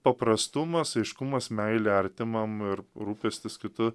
paprastumas aiškumas meilė artimam ir rūpestis kitu